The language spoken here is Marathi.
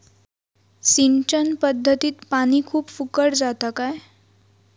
सिंचन पध्दतीत पानी खूप फुकट जाता काय?